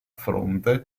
fronte